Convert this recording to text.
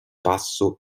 passo